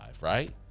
Right